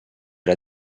era